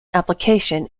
application